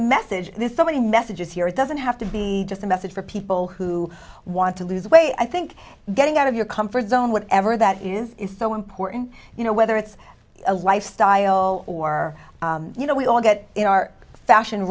message there's so many messages here it doesn't have to be just a message for people who want to lose weight i think getting out of your comfort zone whatever that is is so important you know whether it's a lifestyle or you know we all get in our fashion